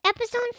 Episode